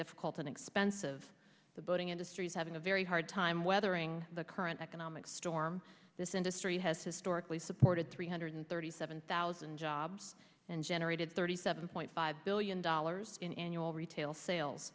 difficult and expensive the boating industry is having a very hard time weathering the current economic storm this industry has historically supported three hundred thirty seven thousand jobs and generated thirty seven point five billion dollars in annual retail sales